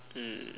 mm